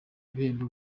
ibihembo